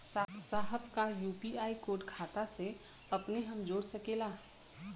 साहब का UPI code खाता से अपने हम जोड़ सकेला?